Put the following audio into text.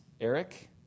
eric